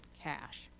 cash